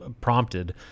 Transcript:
prompted